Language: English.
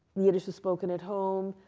yiddish was spoken at home,